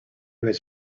was